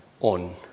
on